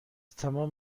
تمام